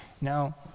now